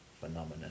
phenomenon